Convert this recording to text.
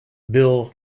bill